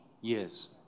years